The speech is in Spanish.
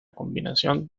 combinación